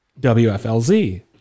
WFLZ